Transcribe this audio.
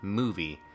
movie